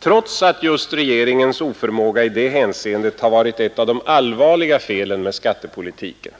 trots att just regeringens oförmåga i det hänseendet har varit ett av de allvarliga felen med skattepolitiken.